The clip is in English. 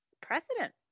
precedent